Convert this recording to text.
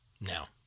now